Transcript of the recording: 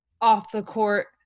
off-the-court